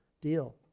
deal